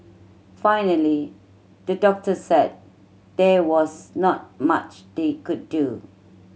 finally the doctors said there was not much they could do